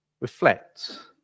Reflect